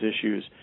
issues